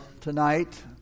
tonight